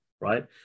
right